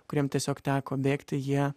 kuriem tiesiog teko bėgti jie